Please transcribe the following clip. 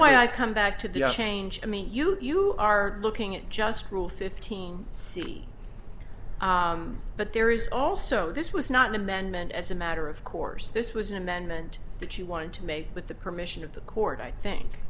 why i come back to the change i mean you you are looking at just rule fifteen c but there is also this was not an amendment as a matter of course this was an amendment that you wanted to make with the permission of the court i think